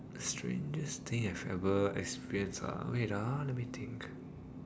strangest thing I've ever experienced ah wait ah let me think